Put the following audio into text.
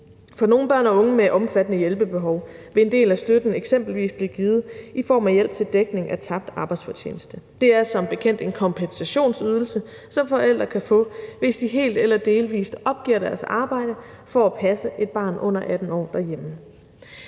For nogle børn og unge med omfattende hjælpebehov vil en del af støtten eksempelvis blive givet i form af hjælp til dækning af tabt arbejdsfortjeneste. Det er som bekendt en kompensationsydelse, som forældre kan få, hvis de helt eller delvis opgiver deres arbejde for at passe et barn under 18 år derhjemme.